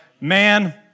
man